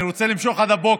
אני רוצה למשוך עד הבוקר.